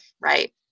Right